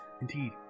indeed